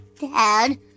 Dad